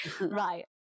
right